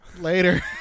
Later